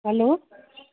hello